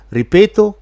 ripeto